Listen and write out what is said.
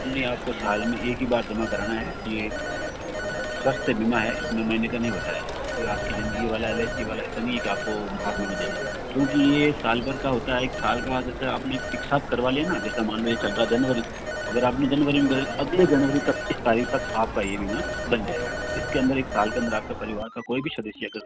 नहीं आप को साल में एक ही बार जमा कराना है ये स्वास्थ्य बीमा है इस में महीने का नहीं होता है ये आप की जिन्दगी वाला एल आई सी वाला है ऐसा नहीं है कि आप को हर महीने देना है क्योंकि ये साल भर का होता है एक साल का जैसे आप ने एक साथ करवा लिया न जैसे मान लो ये चल रहा है जनवरी तो अगर आप ने जनवरी में करवा लिया अगले जनवरी तक इस तारीख तक आप का ये बीमा बन जाएगा इस के अंदर एक साल के अंदर आप का परिवार का कोई भी सदस्य अगर